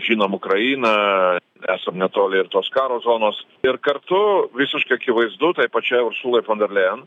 žinom ukrainą esam netoli ir tos karo zonos ir kartu visiškai akivaizdu tai pačiai ursulai fon der lejen